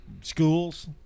Schools